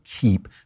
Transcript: keep